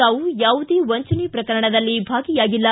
ತಾವು ಯಾವುದೇ ವಂಚನೆ ಪ್ರಕರಣದಲ್ಲಿ ಭಾಗಿಯಾಗಿಲ್ಲ